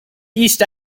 east